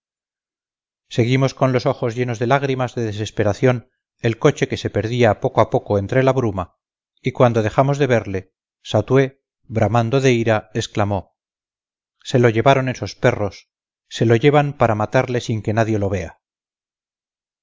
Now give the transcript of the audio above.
seguimos con los ojos llenos de lágrimas de desesperación el coche que se perdía poco a poco entre la bruma y cuando dejamos de verle satué bramando de ira exclamó se lo llevaron esos perros se lo llevan para matarle sin que nadie lo vea